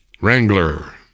Wrangler